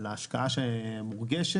על ההשקעה שמורגשת,